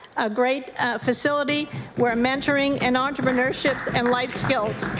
a great facility where mentoring and entrepreneurships and life skills